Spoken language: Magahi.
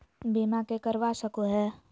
बीमा के करवा सको है?